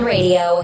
Radio